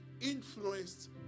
influenced